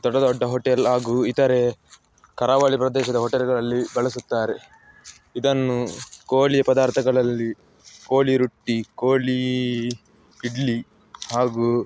ದೊಡ್ಡ ದೊಡ್ಡ ಹೊಟೇಲ್ ಹಾಗೂ ಇತರೆ ಕರಾವಳಿ ಪ್ರದೇಶದ ಹೊಟೇಲ್ಗಳಲ್ಲಿ ಬಳಸುತ್ತಾರೆ ಇದನ್ನು ಕೋಳಿ ಪದಾರ್ಥಗಳಲ್ಲಿ ಕೋಳಿ ರೊಟ್ಟಿ ಕೋಳಿ ಇಡ್ಲಿ ಹಾಗು